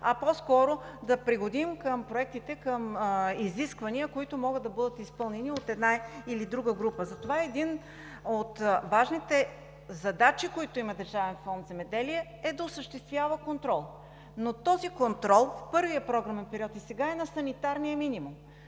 а по-скоро да пригодим проектите към изисквания, които могат да бъдат изпълнени от една или друга група. Затова една от важните задачи, които има Държавен фонд „Земеделие“, е да осъществява контрол. Но този контрол в първия програмен период и сега е на санитарния минимум